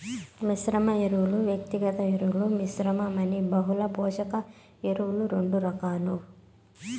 మిశ్రమ ఎరువులు, వ్యక్తిగత ఎరువుల మిశ్రమం అని బహుళ పోషక ఎరువులు రెండు రకాలు